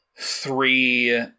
three